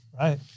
Right